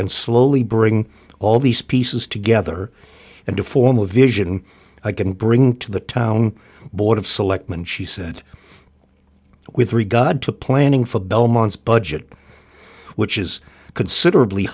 and slowly bring all these pieces together and to form a vision i can bring to the town board of selectmen she said with regard to planning for belmont's budget which is considerably